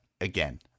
again